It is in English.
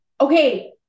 Okay